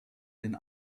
den